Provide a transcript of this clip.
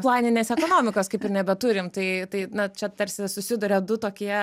planinės ekonomikos kaip ir nebeturim tai tai na čia tarsi susiduria du tokie